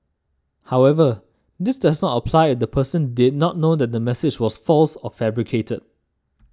however this does not apply the person did not know that the message was false or fabricated